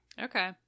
Okay